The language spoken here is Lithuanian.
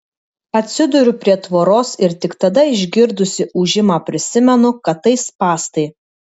atsiduriu prie tvoros ir tik tada išgirdusi ūžimą prisimenu kad tai spąstai